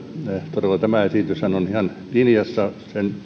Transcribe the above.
todella tämä esityshän on ihan linjassa sen